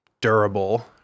durable